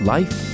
Life